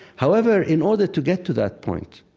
however, in order to get to that point,